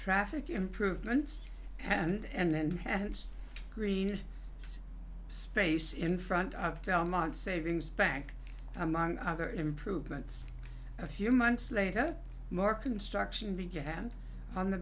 traffic improvements and then green space in front of elmont savings bank among other improvements a few months later more construction began on the